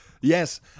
yes